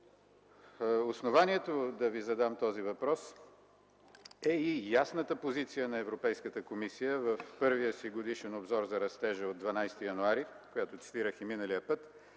Основанието да Ви задам този въпрос е и ясната позиция на Европейската комисия в първия си годишен обзор за растежа от 12 януари 2011 г., която цитирах и миналия път,